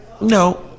No